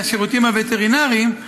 מהשירותים הווטרינריים,